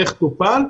איך טופל.